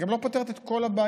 גם לא פותרת את כל הבעיה,